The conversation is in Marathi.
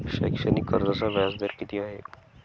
शैक्षणिक कर्जाचा व्याजदर किती आहे?